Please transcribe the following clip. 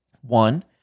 One